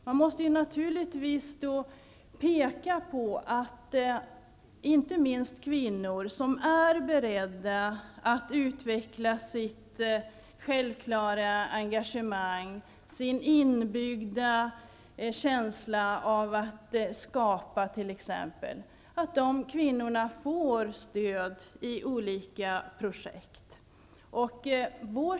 Man måste naturligtvis peka på att inte minst kvinnor som är beredda att utveckla sitt självklara engagemang, sin inbyggda känsla av att t.ex. skapa, får stöd i olika projekt.